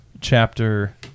chapter